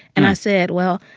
and i said, well,